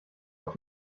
auf